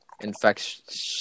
infections